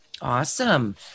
Awesome